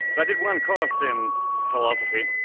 but did one course in philosophy.